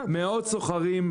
מאות סוחרים,